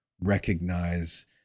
recognize